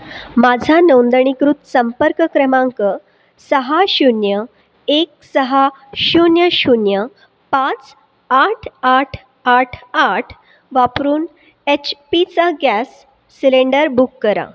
माझा नोंदणीकृत संपर्क क्रमांक सहा शून्य एक सहा शून्य शून्य पाच आठ आठ आठ आठ वापरून एच पीचा गॅस सिलेंडर बुक करा